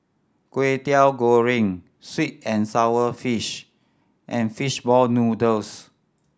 Kway Teow Goreng sweet and sour fish and fish ball noodles